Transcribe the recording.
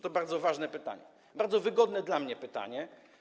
To bardzo ważne pytanie, bardzo wygodne dla mnie pytanie.